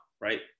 right